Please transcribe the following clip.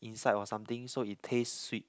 inside or something so it taste sweet